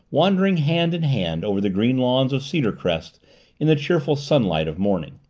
wandering hand in hand over the green lawns of cedarcrest in the cheerful sunlight of morning.